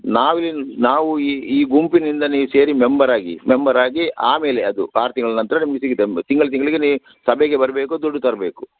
ನಾವು ಇಲ್ಲಿನ ನಾವು ಈ ಗುಂಪಿನಿಂದಲೇ ಸೇರಿ ಮೆಂಬರಾಗಿ ಮೆಂಬರಾಗಿ ಆಮೇಲೆ ಅದು ಆರು ತಿಂಗಳ ನಂತರ ನಿಮಗೆ ಸಿಗುತ್ತೆ ತಿಂಗಳು ತಿಂಗಳಿಗೆ ನೀ ಸಭೆಗೆ ಬರಬೇಕು ದುಡ್ಡು ತರಬೇಕು